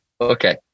Okay